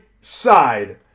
side